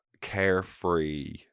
carefree